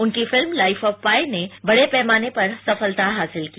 उनकी film Life of Pi ने बड़े पैमाने पर सफलता हासिल की